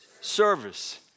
service